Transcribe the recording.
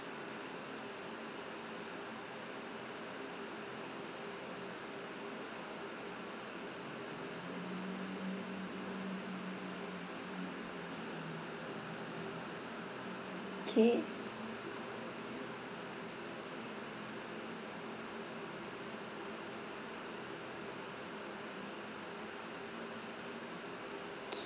okay okay